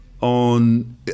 on